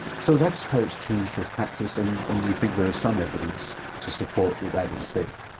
so that's how it's changed your practice and and you think there's some evidence to support that that is safe?